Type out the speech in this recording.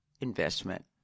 investment